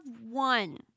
one